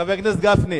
חבר הכנסת גפני,